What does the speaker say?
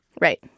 Right